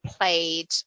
played